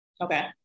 Okay